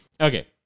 Okay